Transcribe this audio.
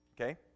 Okay